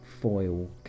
foil